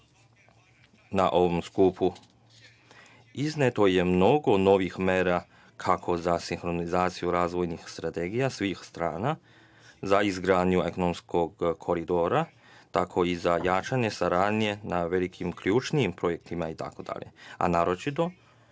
Na ovom skupu izneto je mnogo novih mera, kako za sinhronizaciju razvojnih strategija svih strana za izgradnju ekonomskog koridora, tako i za jačanje saradnje na velikim ključnim projektima itd. Naročito